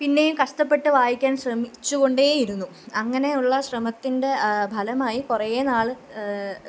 പിന്നെയും കഷ്ടപ്പെട്ട് വായിക്കാന് ശ്രമിച്ചു കൊണ്ടേയിരുന്നു അങ്ങനെ ഉള്ള ശ്രമത്തിന്റെ ഫലമായി കുറെ നാള്